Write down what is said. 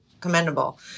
commendable